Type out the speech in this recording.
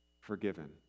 forgiven